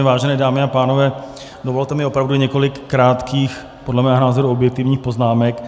Vážené dámy a pánové, dovolte mi opravdu několik krátkých, podle mého názoru objektivních poznámek.